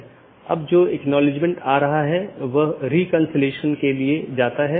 पथ को पथ की विशेषताओं के रूप में रिपोर्ट किया जाता है और इस जानकारी को अपडेट द्वारा विज्ञापित किया जाता है